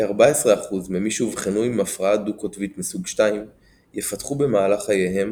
כ-14% ממי שאובחנו עם הפרעה דו-קוטבית מסוג 2 יפתחו במהלך חייהם